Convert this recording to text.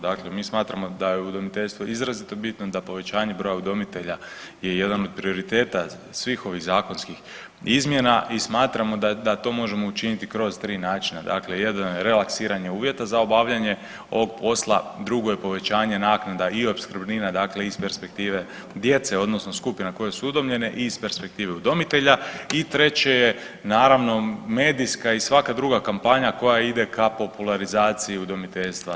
Dakle, mi smatramo da je udomiteljstvo izrazito bitno, da povećanje broja udomitelja je jedan od prioriteta svih ovih zakonskih izmjena i smatramo da to možemo učiniti kroz 3 načina, dakle, jedan je relaksiranje uvjeta za obavljanje ovog posla, drugo je povećanje naknada i opskrbnina dakle iz perspektive djece odnosno skupina koje su udomljene i iz perspektive udomitelja i treće je naravno, medijska i svaka druga kampanja koja ide ka popularizaciji udomiteljstva.